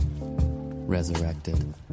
resurrected